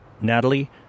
Natalie